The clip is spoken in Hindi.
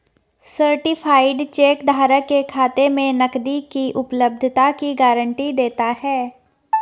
सर्टीफाइड चेक धारक के खाते में नकदी की उपलब्धता की गारंटी देता है